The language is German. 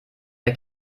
der